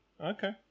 Okay